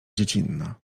dziecinna